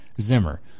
Zimmer